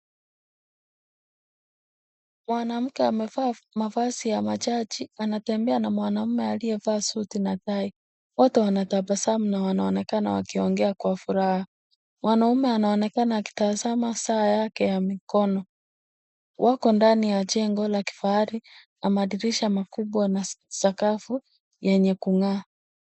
Mwanamke amevaa mavazi ya majaji wanatembea n mwanaume aliyevaa suti na tai wote wanatambasamu na wanaonekana waliogea Kwa furaha mwanaume anaonekana akitazama saa yake ya mkono wako ndani ya mjengo ya kifahari na madirisha makubwa na sakafu yakung'aa.